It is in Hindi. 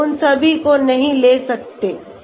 हम उन सभी को नहीं ले सकते